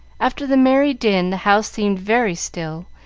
after the merry din the house seemed very still,